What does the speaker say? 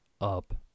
up